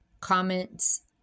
comments